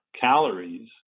calories